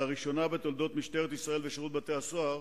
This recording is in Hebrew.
לראשונה בתולדות משטרת ישראל ושירות בתי-הסוהר